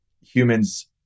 humans